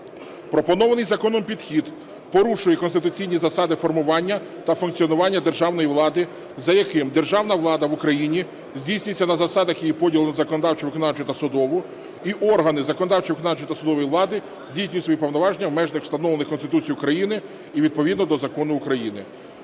Пропонований законом підхід порушує конституційні засади формування та функціонування державної влади, за яким державна влада в Україні здійснюється на засадах її поділу на законодавчу, виконавчу та судову, і органи законодавчої, виконавчої та судової влади здійснюють свої повноваження у межах, встановлених Конституцією України, і відповідно до закону України.